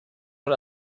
von